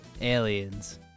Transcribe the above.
Aliens